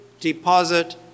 deposit